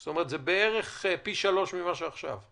זה בערך פי 3 ממה שקורה עכשיו.